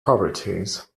properties